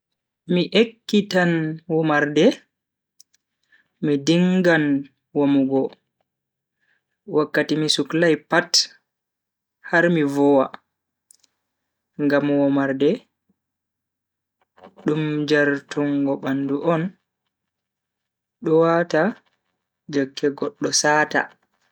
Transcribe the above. Mi ekkitan womarde, mi dingan womugo wakkati mi suklai pat har mi vowa. ngam womarde dum jartungo bandu on do wata jokke goddo saata